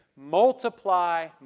multiply